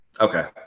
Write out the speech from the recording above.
Okay